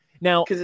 Now